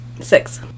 six